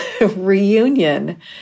reunion